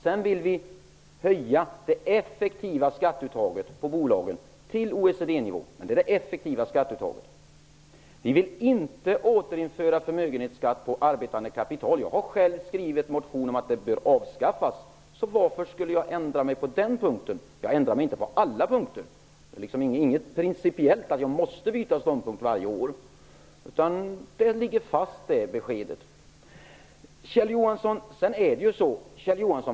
Sedan vill vi höja det effektiva skatteuttaget på bolagen till OECD-nivå -- det effektiva skatteuttaget alltså! Vi vill inte återinföra förmögenhetsskatten på arbetande kapital. Jag har själv skrivit en motion om att den bör avskaffas. Varför skulle jag ändra mig på den punkten? Jag ändrar mig inte på alla punkter. Jag måste inte av princip byta ståndpunkt varje år. Detta besked ligger fast. Kjell Johansson var ju med i USA.